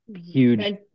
huge